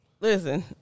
Listen